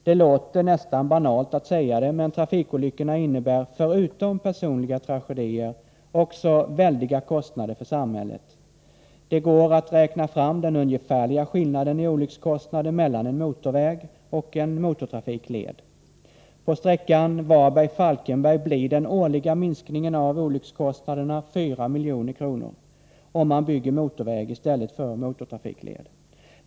Det låter nästan banalt att säga det, men trafikolyckorna innebär, förutom personliga tragedier, också väldiga kostnader för samhället. Det går att räkna fram den ungefärliga skillnaden i olyckskostnader mellan en motorväg och en motortrafikled. På sträckan Varberg-Falkenberg blir den årliga minskningen av olyckskostnaderna 4 milj.kr., om man bygger motorväg i stället för motortrafikled.